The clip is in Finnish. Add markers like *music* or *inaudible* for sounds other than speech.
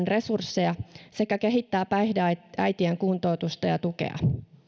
*unintelligible* resursseja *unintelligible* *unintelligible* sekä kehittää päihdeäitien kuntoutusta ja tukea